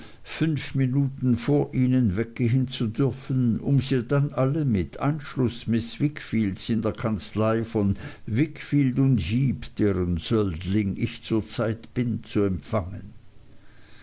fünf minuten vor ihnen weggehen zu dürfen um sie dann alle mit einschluß miß wickfields in der kanzlei von wickfield heep deren söldling ich zur zeit bin zu empfangen